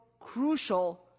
crucial